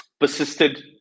persisted